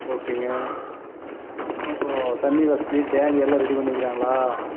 ஓகேங்க ஓ தண்ணி வசதி டேங்க் எல்லாம் ரெடி பண்ணிருகிறாங்களா